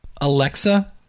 Alexa